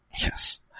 Yes